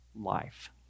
life